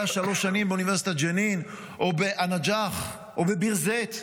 שלוש שנים באוניברסיטת ג'נין או בא-נג'אח או בביר זית,